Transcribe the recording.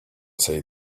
say